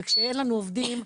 וכשאין לנו עובדים,